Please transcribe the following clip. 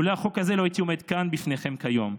לולא החוק הזה לא הייתי עומד כאן לפניכם כיום,